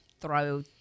throw